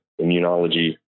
immunology